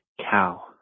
cow